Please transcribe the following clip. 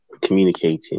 communicating